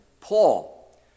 Paul